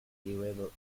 durable